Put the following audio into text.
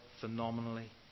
phenomenally